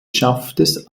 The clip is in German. schaftes